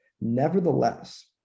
Nevertheless